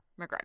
McGregor